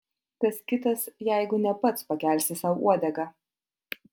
kas kitas jeigu ne pats pakelsi sau uodegą